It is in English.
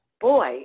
boy